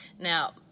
Now